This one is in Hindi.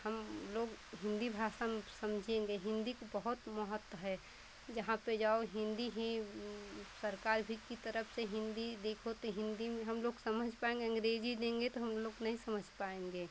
हम लोग हिन्दी भाषा में समझेंगे हिन्दी का बहुत महत्व है जहाँ पर जाओ हिन्दी ही सरकार भी की तरफ से हिन्दी देखो तो हिन्दी में हम लोग समझ पाएँगे अंग्रेज़ी देंगे तो हम लोग नहीं समझ पाएँगे